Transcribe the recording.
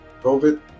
COVID